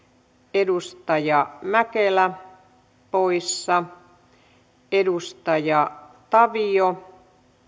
edustaja mäkelä poissa edustaja tavio